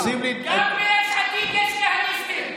רוצים, גם ביש עתיד יש כהניסטים.